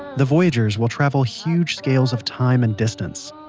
the voyagers will travel huge scales of time and distance,